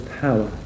power